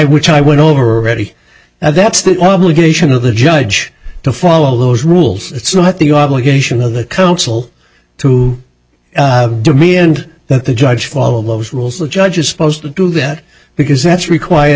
which i went over already and that's the obligation of the judge to follow those rules it's not the obligation of the council to demand that the judge follow his rules the judge is supposed to do that because that's required